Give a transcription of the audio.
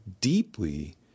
deeply